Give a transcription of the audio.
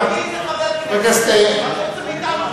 מביא את זה חבר כנסת, מה אתה רוצה מאתנו?